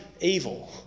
evil